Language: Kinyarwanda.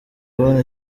abona